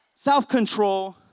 Self-control